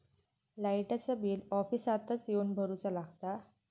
लाईटाचा बिल ऑफिसातच येवन भरुचा लागता?